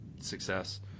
success